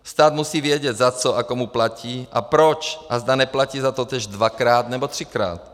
Stát musí vědět, za co a komu platí a proč a zda neplatí za totéž dvakrát nebo třikrát.